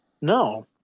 No